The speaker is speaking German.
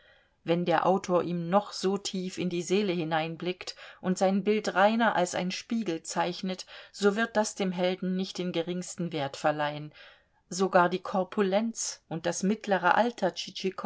wenn der autor ihm noch so tief in die seele hineinblickt und sein bild reiner als ein spiegel zeichnet so wird das dem helden nicht den geringsten wert verleihen sogar die korpulenz und das mittlere alter